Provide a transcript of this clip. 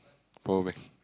poor meh